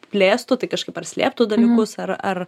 plėstų tai kažkaip ar slėptų dalykus ar ar